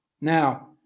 Now